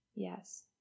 yes